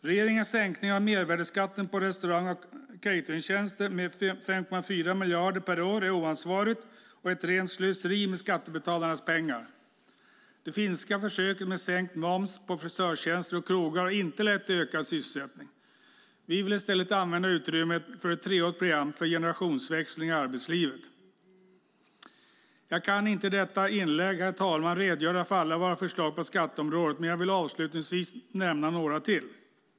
Regeringens sänkning av mervärdesskatten på restaurang och cateringtjänster med 5,4 miljarder per år är oansvarig och ett rent slöseri med skattebetalarnas pengar. Det finska försöket med sänkt moms på frisörtjänster och krogar har inte lett till ökad sysselsättning. Vi vill i stället använda utrymmet för ett treårigt program för generationsväxling i arbetslivet. Jag kan i detta inlägg inte redogöra för alla våra förslag på skatteområdet, men jag vill avslutningsvis nämna några till.